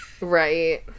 Right